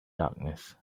darkness